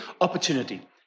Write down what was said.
opportunity